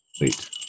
Wait